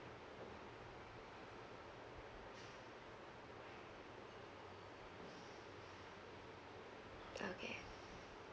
okay